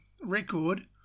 record